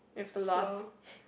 that's the last